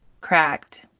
Cracked